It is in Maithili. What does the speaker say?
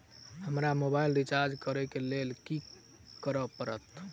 हमरा मोबाइल रिचार्ज करऽ केँ लेल की करऽ पड़त?